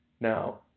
Now